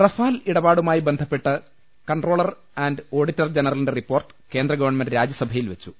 Rafale ഇടപാടുമായി ബന്ധപ്പെട്ട comptroller and auditor ജനറലിന്റെ റിപ്പോർട്ട് കേന്ദ്ര ഗവൺമെന്റ് രാജ്യസഭയിൽ വെച്ചു